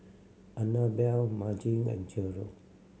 Annabell Maci and Jerrod